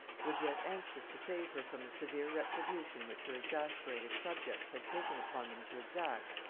was yet anxious to save her from the severe retribution which her exasperated subjects had taken upon them to exact,